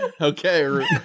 Okay